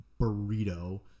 burrito